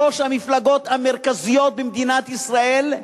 שלוש המפלגות המרכזיות במדינת ישראל,